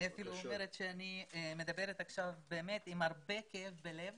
אני אפילו אומרת שאני מדברת עכשיו עם הרבה כאב בלב